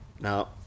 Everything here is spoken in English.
Now